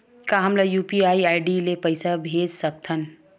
का हम UPI ID ले पईसा भेज सकथन?